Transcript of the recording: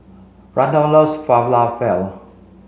Randolf loves Falafel